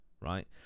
right